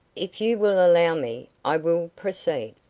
if you will allow me. i will proceed.